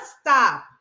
stop